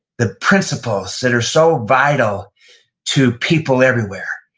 the principles that are so vital to people everywhere,